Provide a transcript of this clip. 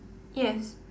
yes